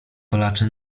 palacze